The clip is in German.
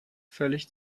völlig